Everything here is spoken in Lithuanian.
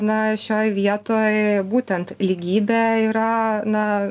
na šioj vietoj būtent lygybė yra na